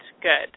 Good